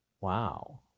wow